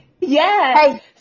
Yes